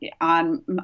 On